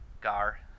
Gar